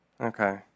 Okay